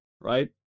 right